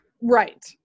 Right